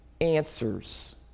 answers